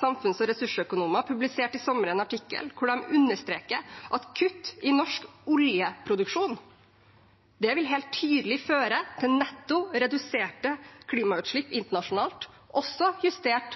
samfunns- og ressursøkonomer publiserte i sommer en artikkel hvor de understreker at kutt i norsk oljeproduksjon helt tydelig vil føre til netto reduserte klimautslipp internasjonalt, også justert